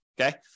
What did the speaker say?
okay